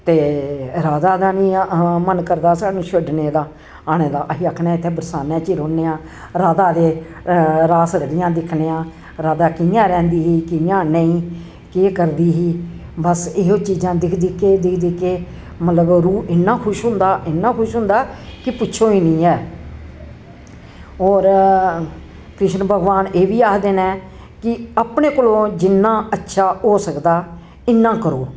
ते राधा दा निं मन करदा सानूं छड्डने दा आने दा अस आखने आं इत्थें बरसान्ने च ही रौह्न्ने आं राधा दी रास रलियां दिक्खने आं राधा कि'यां रैंह्दी ही कियां नेईं केह् करदी ही बस एह् ही चीजां दिक्ख दिक्ख के मतलब रूह् इन्ना खुश होंदा इन्ना खुश होंदा के पुच्छो निं गै ऐ होर कृष्ण भगवान एह् बी आखदे न कि अपने कोलूं जिन्ना अच्छा हो सकदा इन्ना करो